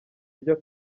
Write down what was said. byo